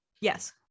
Yes